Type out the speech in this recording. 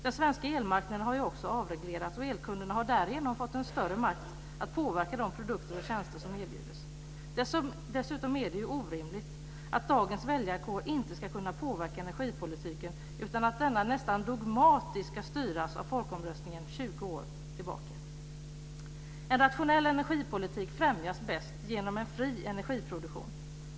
Den svenska elmarknaden har avreglerats, och elkunderna har därigenom fått en större makt att påverka de produkter och tjänster som erbjuds. Dessutom är det rimligt att dagens väljarkår inte ska kunna påverka energipolitiken utan att denna nästan dogmatiskt ska styras av folkomröstningen 20 år tillbaka i tiden. En rationell energipolitik främjas bäst genom en fri energiproduktion.